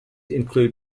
include